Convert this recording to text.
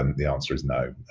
and the answer is no,